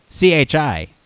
CHI